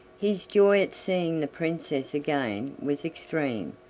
his joy at seeing the princess again was extreme,